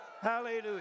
Hallelujah